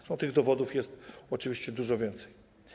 Zresztą tych dowodów jest oczywiście dużo więcej.